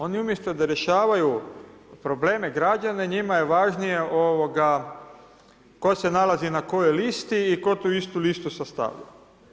Oni umjesto da rješavaju probleme građana, njima je važnije tko se nalazi na kojoj listi i tko tu istu listu sastavlja.